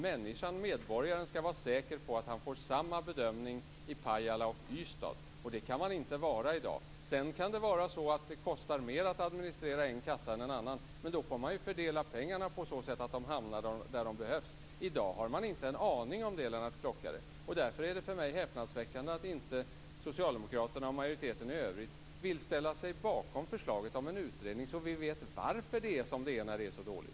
Människan, medborgaren, skall vara säker på att han får samma bedömning i Pajala som i Ystad, och det kan man inte vara i dag. Sedan kan det vara så att det kostar mer att administrera en kassa än en annan, men då får man ju fördela pengarna så att de hamnar där de behövs. I dag har man inte en aning om det, Lennart Klockare. Det är för mig häpnadsväckande att inte socialdemokraterna och majoriteten i övrigt vill ställa sig bakom förslaget om en utredning, så att vi vet varför det är som det är när det är så dåligt.